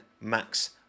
Max